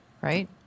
right